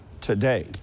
today